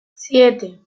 siete